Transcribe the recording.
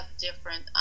different